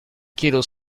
quiero